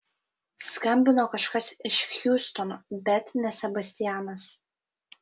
skambino kažkas iš hjustono bet ne sebastianas